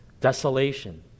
desolation